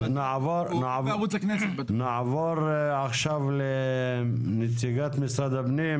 אז נעבור עכשיו לנציגת משרד הפנים,